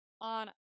on